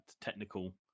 technical